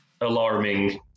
alarming